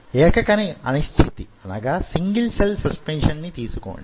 ఏకకణ అనిశ్చితి అనగా single cell suspension ని తీసుకోండి